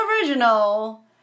original